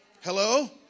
Hello